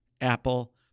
Apple